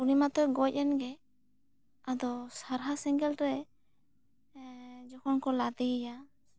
ᱩᱱᱤ ᱢᱟᱛᱚ ᱜᱚᱡ ᱮᱱᱜᱮ ᱟᱫᱚ ᱥᱟᱨᱦᱟ ᱥᱮᱸᱜᱮᱞ ᱨᱮ ᱡᱚᱠᱷᱚᱱ ᱠᱚ ᱞᱟᱫᱮᱭᱟ